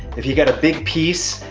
if you got a big piece,